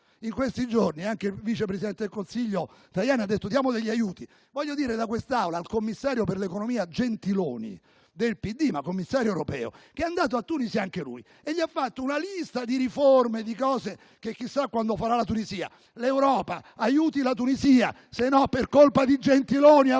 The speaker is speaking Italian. in questi giorni, anche il vice presidente del Consiglio Tajani ha detto di dare aiuti. Voglio dire da quest'Aula al commissario per l'economia Gentiloni (del PD, ma commissario europeo), che è andato a Tunisi anche lui e ha fatto una lista di riforme e di cose che chissà quando le farà la Tunisia: l'Europa aiuti la Tunisia, sennò per colpa di Gentiloni avremo